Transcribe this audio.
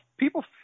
People